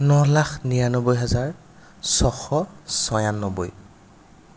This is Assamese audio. ন লাখ নিৰানব্বৈ হাজাৰ ছশ ছয়ানব্বৈ